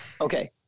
Okay